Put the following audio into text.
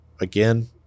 again